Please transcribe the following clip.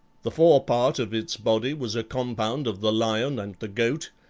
the fore part of its body was a compound of the lion and the goat,